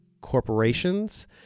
corporations